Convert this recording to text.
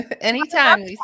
anytime